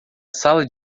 sala